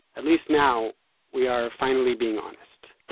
at least now we are finally being honest